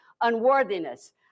unworthiness